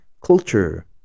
Culture